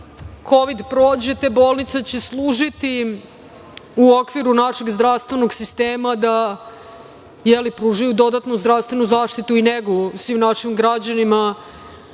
Kovid prođe te bolnice će služiti u okviru našeg zdravstvenog sistema da pružaju dodatnu zdravstvenu zaštitu i negu svim našim građanima. Posebno